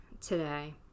today